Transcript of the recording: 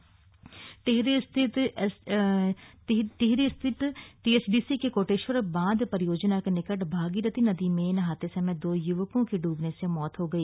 युवक इबे टिहरी स्थित टीएचडीसी के कोटेश्वर बांध परियोजना के निकट भागीरथी नदी में नहाते समय दो युवकों की डूबने से मौत हो गई